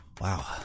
wow